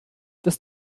das